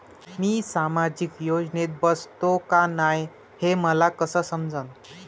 मी सामाजिक योजनेत बसतो का नाय, हे मले कस समजन?